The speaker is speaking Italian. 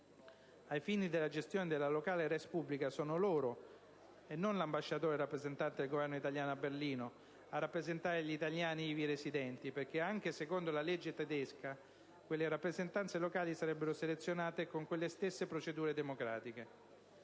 Ai fini della gestione della locale *res publica* sono loro - e non l'ambasciatore rappresentante del Governo italiano a Berlino - a rappresentare gli italiani ivi residenti, perché anche secondo la legge tedesca quelle rappresentanze locali sarebbero selezionate con quelle stesse procedure democratiche.